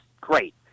great